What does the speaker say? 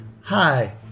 Hi